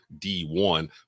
D1